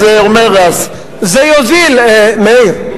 זה יוזיל, מאיר.